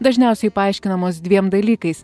dažniausiai paaiškinamos dviem dalykais